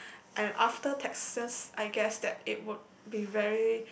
and after taxes I guess that it would be very